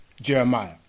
Jeremiah